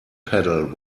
pedal